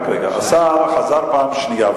השר חזר פעם שנייה,